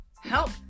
help